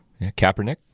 Kaepernick